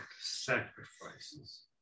sacrifices